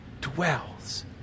dwells